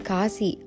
Kasi